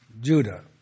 Judah